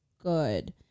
good